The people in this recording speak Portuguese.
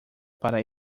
para